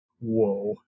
Whoa